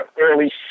early